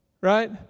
right